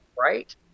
right